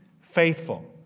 faithful